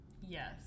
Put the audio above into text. Yes